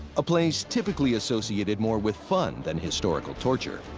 a place typically associated more with fun than historical torture.